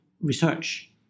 research